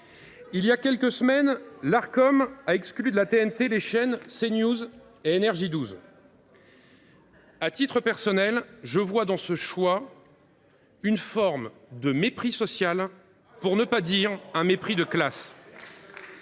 Il y a quelques semaines, l’Arcom a exclu les chaînes CNews et NRJ 12 de la TNT. À titre personnel, je vois dans ce choix une forme de mépris social, pour ne pas dire du mépris de classe.